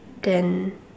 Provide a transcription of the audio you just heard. then